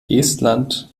estland